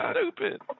stupid